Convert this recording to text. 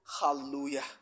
Hallelujah